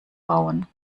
bauen